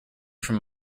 from